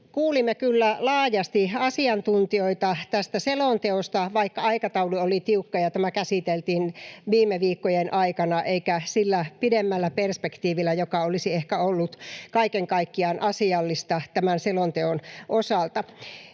Kuulimme kyllä laajasti asiantuntijoita tästä selonteosta, vaikka aikataulu oli tiukka ja tämä käsiteltiin viime viikkojen aikana eikä sillä pidemmällä perspektiivillä, joka olisi ehkä ollut kaiken kaikkiaan asiallista tämän selonteon osalta.